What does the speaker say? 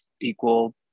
equal